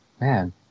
man